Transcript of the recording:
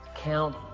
count